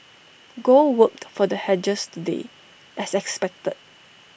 gold worked for the hedgers today as expected